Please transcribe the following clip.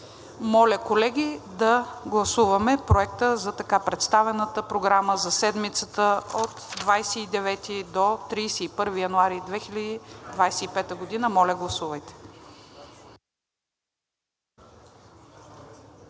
Моля, колеги, да гласуваме проекта за така представената програма за седмицата 29 – 31 януари 2025 г. Гласували